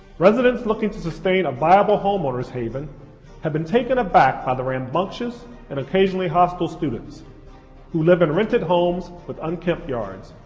residents looking to sustain a viable homeowner's haven have been taken aback by the rambunctious and occasionally hostile students who live in rented homes with unkept yards.